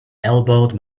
elbowed